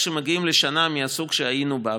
כשמגיעים לשנה מהסוג שהיינו בה,